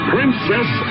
Princess